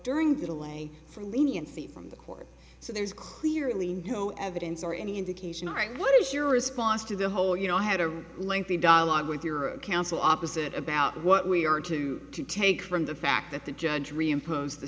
leniency from the court so there's clearly no evidence or any indication right now what is your response to the whole you know i had a lengthy dialogue with your counsel opposite about what we are to to take from the fact that the judge reimposed the